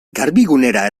garbigunera